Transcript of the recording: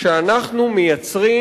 שאנחנו מייצרים,